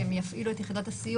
שהם יפעילו את יחידת הסיוע,